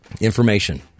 Information